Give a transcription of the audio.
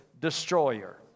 destroyer